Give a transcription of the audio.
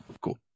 Cool